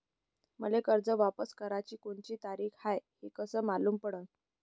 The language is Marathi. मले कर्ज वापस कराची कोनची तारीख हाय हे कस मालूम पडनं?